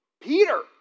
Peter